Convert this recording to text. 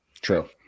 True